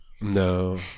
No